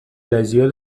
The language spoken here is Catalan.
lesió